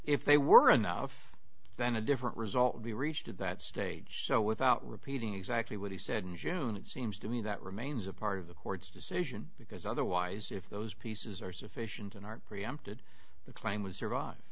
if they were enough then a different result would be reached at that stage so without repeating exactly what he said in june it seems to me that remains a part of the court's decision because otherwise if those pieces are sufficient and are preempted the claim was survive